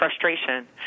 frustration